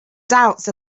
doubts